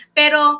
pero